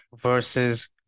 versus